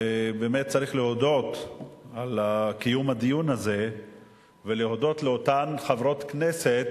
ובאמת צריך להודות על קיום הדיון הזה ולהודות לאותן חברות כנסת